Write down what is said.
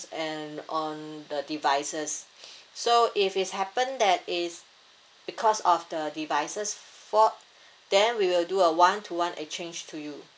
and on the devices so if it's happen that it's because of the devices fault then we will do a one to one exchange to you